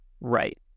Right